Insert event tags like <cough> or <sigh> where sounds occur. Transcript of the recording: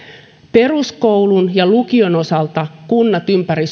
peruskoulun ja lukion osalta kunnat ympäri <unintelligible>